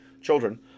children